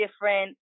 different